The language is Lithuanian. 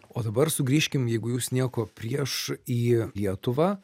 o dabar sugrįžkim jeigu jūs nieko prieš į lietuvą